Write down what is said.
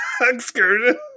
excursion